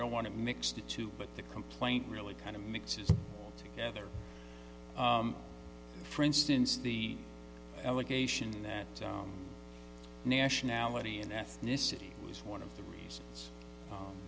don't want to mix the two but the complaint really kind of mixes together for instance the allegation that nationality and ethnicity is one of the reasons